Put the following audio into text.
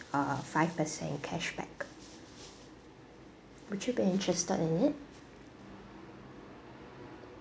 uh five percent cashback would you be interested in it